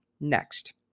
next